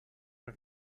per